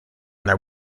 their